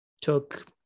took